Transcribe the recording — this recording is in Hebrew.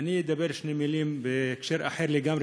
אני אדבר שתי מילים בהקשר אחר לגמרי.